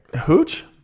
Hooch